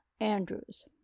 Andrews